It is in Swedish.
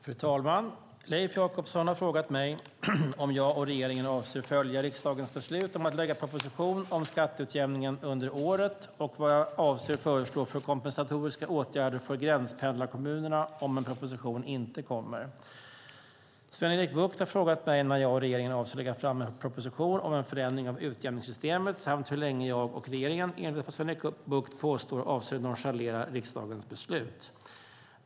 Fru talman! Leif Jakobsson har frågat mig om jag och regeringen avser att följa riksdagens beslut om att lägga fram en proposition om skatteutjämningen under året och vad jag avser att föreslå för kompensatoriska åtgärder för gränspendlarkommunerna om en proposition inte kommer. Sven-Erik Bucht har frågat mig när jag och regeringen avser att lägga fram en proposition om en förändring av utjämningssystemet samt hur länge jag och regeringen, enligt vad Sven-Erik Bucht påstår, avser att nonchalera riksdagens beslut.